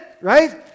right